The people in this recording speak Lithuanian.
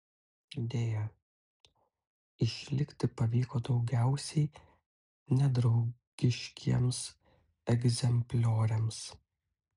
deja išlikti pavyko daugiausiai nedraugiškiems egzemplioriams